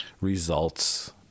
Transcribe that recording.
results